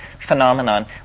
phenomenon